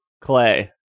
Clay